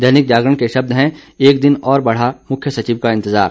दैनिक जागरण के शब्द है एक दिन और बढ़ा मुख्य सचिव का इंतजार